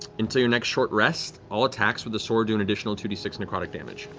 until your next short rest, all attacks with the sword do an additional two d six necrotic damage.